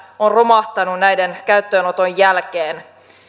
on romahtanut näiden käyttöönoton jälkeen